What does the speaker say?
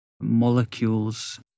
molecules